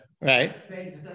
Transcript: right